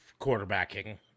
quarterbacking